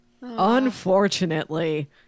Unfortunately